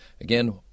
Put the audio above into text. Again